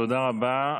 תודה רבה.